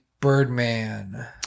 Birdman